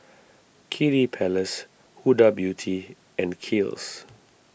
Kiddy Palace Huda Beauty and Kiehl's